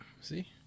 See